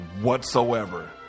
whatsoever